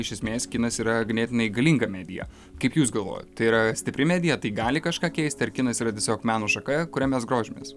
iš esmės kinas yra ganėtinai galinga medija kaip jūs galvojat tai yra stipri medija tai gali kažką keisti ar kinas yra tiesiog meno šaka kuria mes grožimės